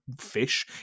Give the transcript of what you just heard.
fish